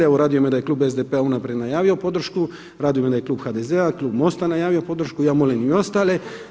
Evo, raduje me da je Klub SDP-a unaprijed najavio podršku, raduje me da je Klub HDZ-a, Klub Mosta najavio podršku i ja molim i ostale.